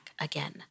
again